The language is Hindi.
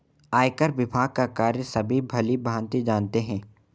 आयकर विभाग का कार्य सभी भली भांति जानते हैं